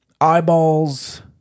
eyeballs